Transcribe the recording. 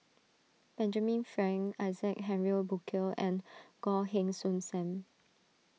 Benjamin Frank Isaac Henry Burkill and Goh Heng Soon Sam